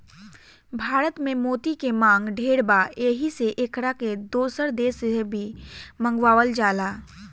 भारत में मोती के मांग ढेर बा एही से एकरा के दोसर देश से भी मंगावल जाला